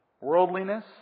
worldliness